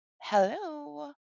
hello